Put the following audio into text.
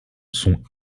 sont